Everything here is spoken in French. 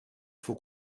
faut